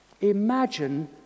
Imagine